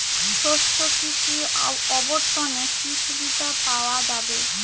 শস্য কৃষি অবর্তনে কি সুবিধা পাওয়া যাবে?